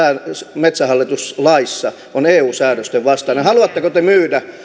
metsähallituslaissa on eu säädösten vastaista haluatteko te myydä